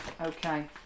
Okay